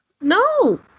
No